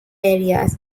areas